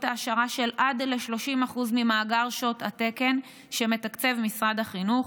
העשרה של עד 30% ממאגר שעות התקן שמתקצב משרד החינוך.